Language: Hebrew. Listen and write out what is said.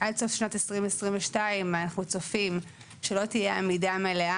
עד סוף שנת 2022 אנחנו צופים שלא תהיה עמידה מלאה,